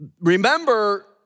remember